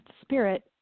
Spirit